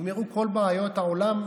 נגמרו כל בעיות העולם?